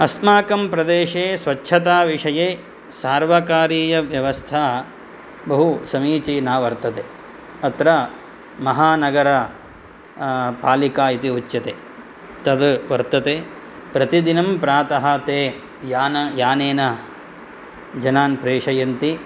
अस्माकं प्रदेशे स्वच्छताविषये सर्वकारीयव्यवस्था बहुसमीचीना वर्तते अत्र महानगर पालिका इति उच्यते तद् वर्तते प्रतिदिनं प्रातः ते यानेन जनान् प्रेषयन्ति